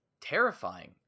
terrifying